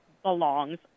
belongs